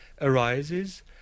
arises